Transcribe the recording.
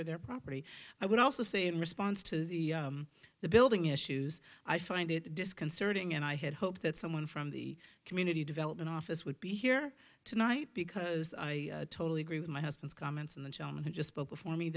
or their property i would also say in response to the building issues i find it disconcerting and i had hoped that someone from the community development office would be here tonight because i totally agree with my husband's comments and the john who just spoke before me